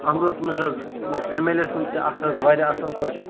اَتھ منٛز اوس أمِس حظ أمِس ایٚم ایٚل اے سُنٛد تہِ اَتھہٕ حظ واریاہ اصٕل پٲٹھۍ